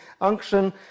unction